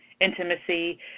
intimacy